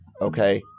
okay